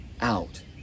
out